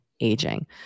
aging